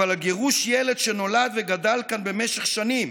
אבל על גירוש ילד שנולד וגדל כאן במשך שנים,